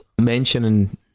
mentioning